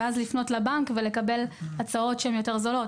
לפנות לבנק ולקבל הצעות זולות יותר.